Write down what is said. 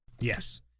Yes